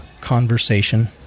conversation